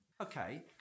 Okay